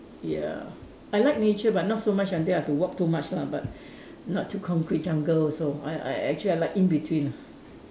ya I like nature but not so much until I have to walk too much but not too concrete jungle also I I actually like in between lah